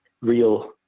real